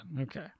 Okay